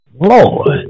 Lord